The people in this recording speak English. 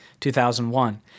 2001